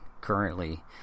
currently